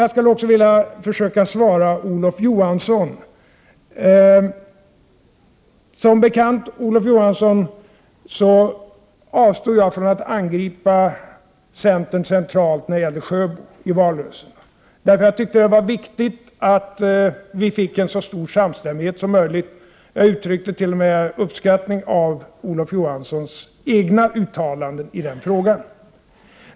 Jag skulle också vilja försöka svara Olof Johansson. Som bekant, Olof Johansson, avstod jag från att angripa centern centralt när det gällde Sjöbo i valrörelsen. Jag tyckte det var viktigt att vi fick en så stor samstämmighet som möjligt. Jag uttryckte t.o.m. uppskattning av Olof Johanssons egna uttalanden i den frågan.